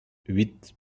huit